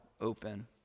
open